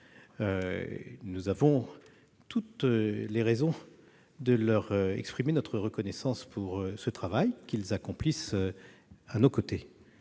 Nous avons toutes les raisons, en effet, d'exprimer notre reconnaissance pour le travail que ces derniers accomplissent à nos côtés.